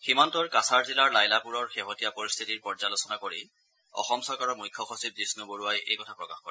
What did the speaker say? সীমান্তৰ কাছাৰ জিলাৰ লাইলাপুৰৰ শেহতীয়া পৰিস্থিতিৰ পৰ্যালোচনা কৰি অসম চৰকাৰৰ মুখ্য সচিব জিষ্ণু বৰুৱাই এই কথা প্ৰকাশ কৰে